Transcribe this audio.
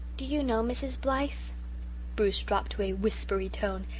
do you know, mrs. blythe bruce dropped to a whispery tone,